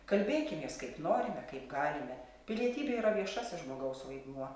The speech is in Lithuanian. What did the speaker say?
kalbėkimės kaip norime kaip galima pilietybė yra viešasis žmogaus vaidmuo